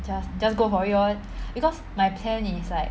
just just go for it lor because my plan is like